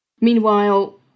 Meanwhile